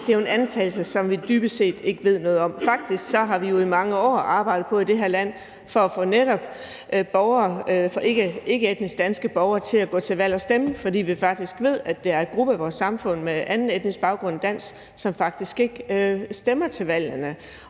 Det er jo en antagelse og noget, som vi dybest set ikke ved noget om. Faktisk har vi jo i mange år arbejdet på i det her land netop at få ikkeetniske danske borgere til at gå til valg og stemme, fordi vi ved, at der er en gruppe i vores samfund med anden etnisk baggrund end dansk, som faktisk ikke stemmer til valgene.